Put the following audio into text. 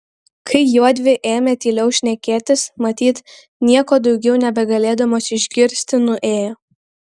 kai juodvi ėmė tyliau šnekėtis matyt nieko daugiau nebegalėdamos išgirsti nuėjo